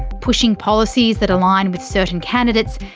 pushing policies that align with certain candidates,